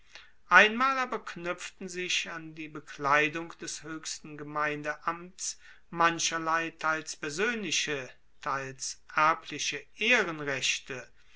einmal aber knuepften sich an die bekleidung des hoechsten gemeindeamts mancherlei teils persoenliche teils erbliche ehrenrechte